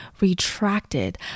retracted